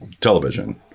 television